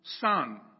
Son